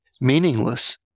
meaningless